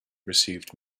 received